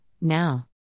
now